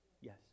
Yes